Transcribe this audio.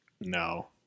No